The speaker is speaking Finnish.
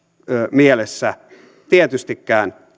mielessä tietystikään